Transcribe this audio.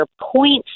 points